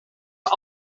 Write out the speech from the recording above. are